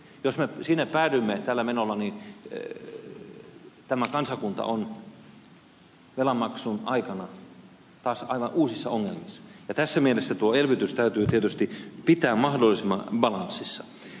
jos me sinne päädymme tällä menolla niin tämä kansakunta on velanmaksun aikana taas aivan uusissa ongelmissa ja tässä mielessä tuo elvytys täytyy tietysti pitää mahdollisimman balanssissa